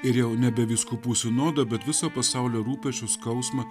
ir jau nebe vyskupų sinodo bet viso pasaulio rūpesčius skausmą